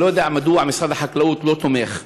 אני לא יודע מדוע משרד החקלאות לא תומך,